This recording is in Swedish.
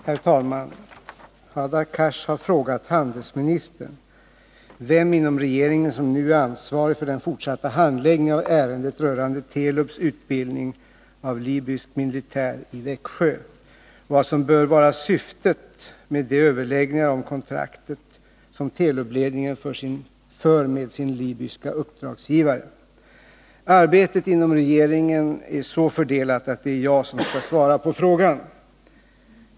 Herr talman! Hadar Cars har frågat handelsministern vem inom regeringen som nu är ansvarig för den fortsatta handläggningen av ärendet rörande Telubs utbildning av libysk militär i Växjö och vad som bör vara syftet med de överläggningar om kontraktet som Telubledningen för med sin libyska uppdragsgivare. Arbetet inom regeringen är så fördelat att det är jag som skall svara på frågan.